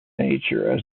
nature